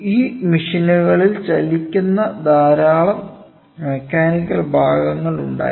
ഈ മെഷീനുകളിൽ ചലിക്കുന്ന ധാരാളം മെക്കാനിക്കൽ ഭാഗങ്ങളുണ്ടായിരുന്നു